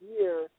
year